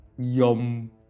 Yum